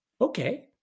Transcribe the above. Okay